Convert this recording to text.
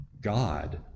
God